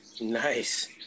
nice